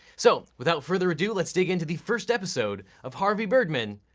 so, without further ado, let's dig into the first episode of harvey birdman,